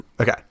Okay